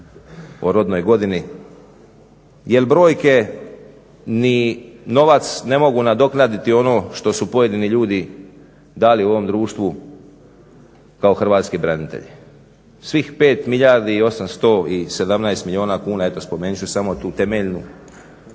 o rodnoj godini. Jer brojke ni novac ne mogu nadoknaditi ono što su pojedini ljudi dali u ovom društvu kao hrvatski branitelji. Svih 5 milijardi i 817 milijuna kuna, eto spomenut ću samo tu temeljnu,